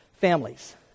families